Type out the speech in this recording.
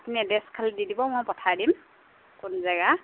আপুনি এড্ৰেছ খালি দি দিব মই পঠাই দিম কোন জেগা